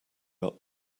are